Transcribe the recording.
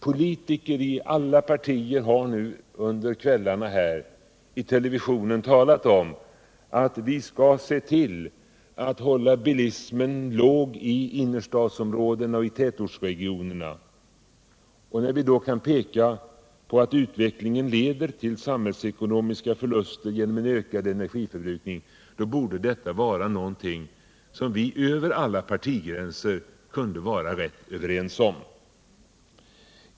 Politiker i alla partier har under de senaste kvällarna i televisionen talat om att vi skall se till att hålla bilismen låg i innerstadsområdena och i tätortsregionerna. När vi också kan peka på att utvecklingen leder till sam hällsekonomiska förluster genom ökad energiförbrukning borde förbättrad kollektivtrafik vara någonting som vi över alla partigränser kunde vara rätt överens om.